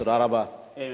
תשעה בעד, אין